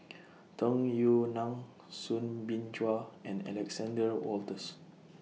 Tung Yue Nang Soo Bin Chua and Alexander Wolters